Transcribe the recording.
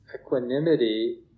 equanimity